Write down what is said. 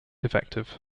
effective